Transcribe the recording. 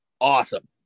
awesome